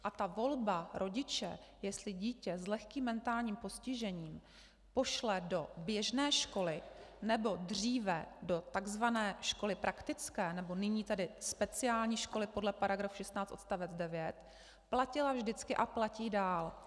A volba rodiče, jestli dítě s lehkým mentálním postižením pošle do běžné školy, nebo dříve do tzv. školy praktické nebo nyní speciální školy podle § 16 odst. 9, platila vždycky a platí dále.